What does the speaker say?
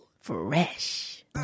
Fresh